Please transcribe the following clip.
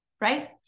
right